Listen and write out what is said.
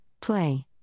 play